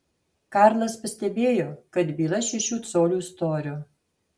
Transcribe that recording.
karlas pastebėjo kad byla šešių colių storio